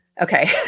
Okay